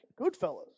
Goodfellas